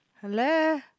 Hello